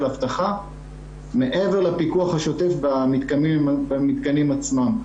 אבטחה מעבר לפיקוח השוטף במתקנים עצמם,